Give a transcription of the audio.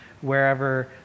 wherever